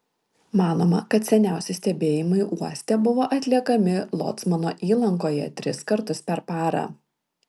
manoma kad seniausi stebėjimai uoste buvo atliekami locmano įlankoje tris kartus per parą